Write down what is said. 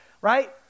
right